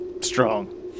strong